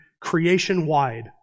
creation-wide